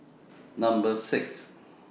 Number six